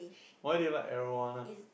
why did you like arowana